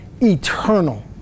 eternal